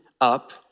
up